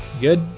Good